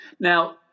now